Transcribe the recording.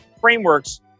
frameworks